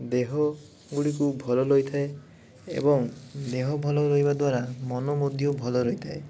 ଦେହ ଗୁଡ଼ିକୁ ଭଲ ରହିଥାଏ ଏବଂ ଦେହ ଭଲ ରହିବା ଦ୍ଵାରା ମନ ମଧ୍ୟ ଭଲ ରହିଥାଏ